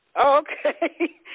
Okay